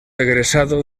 egresado